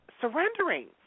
surrendering